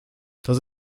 das